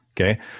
Okay